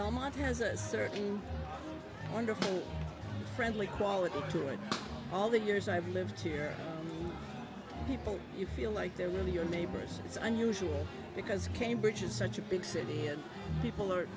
don't mind has a certain wonderful friendly quality to it all the years i've lived here people you feel like they're really your neighbors it's unusual because cambridge is such a big city and people are